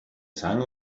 sang